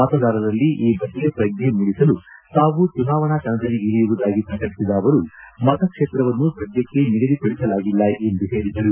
ಮತದಾರರಲ್ಲಿ ಈ ಬಗ್ಗೆ ಪ್ರಜ್ಞೆ ಮೂಡಿಸಲು ತಾವು ಚುನಾವಣಾ ಕಣದಲ್ಲಿ ಇಳಿಯುವುದಾಗಿ ಪ್ರಕಟಿಸಿದ ಅವರು ಮತಕ್ಷೇತ್ರವನ್ನು ಸದ್ಯಕ್ಕೆ ನಿಗದಿಪಡಿಸಲಾಗಿಲ್ಲ ಎಂದು ಹೇಳಿದರು